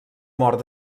mort